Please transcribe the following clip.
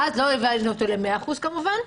ואז לא העברנו אותו ל-100% כמובן,